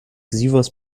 sievers